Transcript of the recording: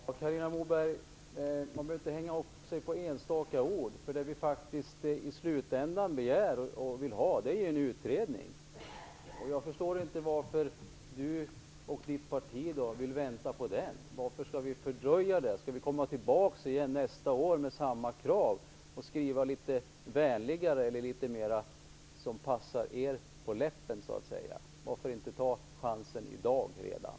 Herr talman! Carina Moberg, man behöver inte hänga upp sig på enstaka ord. Vad vi faktiskt begär i slutändan är en utredning. Jag förstår inte varför Carina Moberg och hennes parti vill vänta på den. Varför skall vi fördröja det här? Skall vi återkomma nästa år med samma krav och skriva litet vänligare eller på ett sådant sätt som faller er på läppen? Varför inte ta chansen redan i dag?